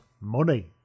Money